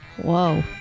Whoa